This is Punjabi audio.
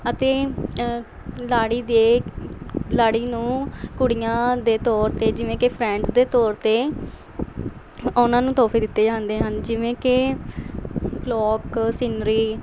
ਅਤੇ ਲਾੜੀ ਦੇ ਲਾੜੀ ਨੂੰ ਕੁੜੀਆਂ ਦੇ ਤੌਰ 'ਤੇ ਜਿਵੇਂ ਕਿ ਫਰੈਂਡਸ ਦੇ ਤੌਰ 'ਤੇ ਉਹਨਾਂ ਨੂੰ ਤੋਹਫੇ ਦਿੱਤੇ ਜਾਂਦੇ ਹਨ ਜਿਵੇਂ ਕਿ ਲੋਕ ਸੀਨਰੀ